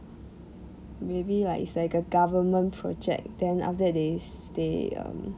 maybe like it's like a government project then after that they s~ they um